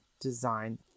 design